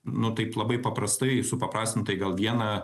nu taip labai paprastai supaprastintai gal vieną